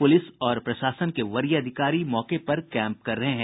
police और प्रशासन के वरीय अधिकारी मौके पर कैंप कर रहे हैं